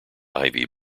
ivy